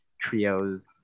trios